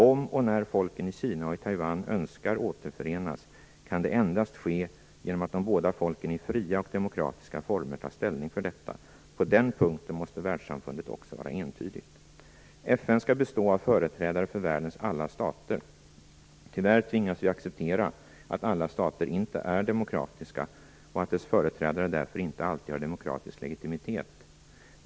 Om och när folken i Kina och Taiwan önskar återförenas kan det endast ske genom att de båda folken i fria och demokratiska former tar ställning för detta. På den punkten måste världssamfundet också vara entydigt. FN skall bestå av företrädare för världens alla stater. Tyvärr tvingas vi acceptera att alla stater inte är demokratiska och att deras företrädare därför inte alltid har demokratisk legitimitet.